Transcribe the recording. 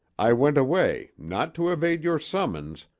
i went away, not to evade your summons,